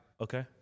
Okay